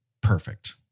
perfect